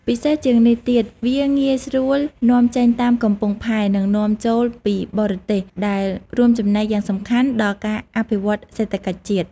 ពិសេសជាងនេះទៀត វាងាយស្រួលនាំចេញតាមកំពង់ផែ និងនាំចូលពីបរទេស ដែលរួមចំណែកយ៉ាងសំខាន់ដល់ការអភិវឌ្ឍសេដ្ឋកិច្ចជាតិ។